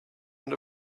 and